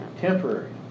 Temporary